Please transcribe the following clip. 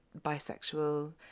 bisexual